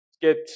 get